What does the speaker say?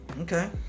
Okay